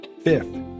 Fifth